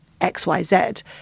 xyz